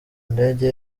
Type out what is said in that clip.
ndege